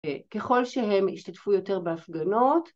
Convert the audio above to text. ככל שהם ישתתפו יותר בהפגנות.